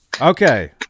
Okay